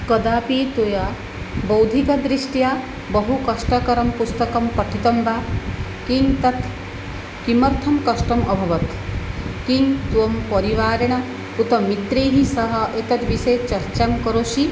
कदापि त्वया बौद्धिकदृष्ट्या बहु कष्टकरं पुस्तकं पठितं वा किं तत् किमर्थं कष्टम् अभवत् किं त्वं परिवारेण उत मित्रैः सह एतत् विषये चर्चां करोषि